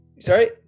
sorry